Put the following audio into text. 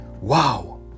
Wow